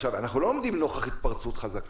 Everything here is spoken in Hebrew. אנחנו לא עומדים נוכח התפרצות חדשה.